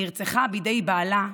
נרצחה בידי בעלה,